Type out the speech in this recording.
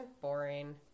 boring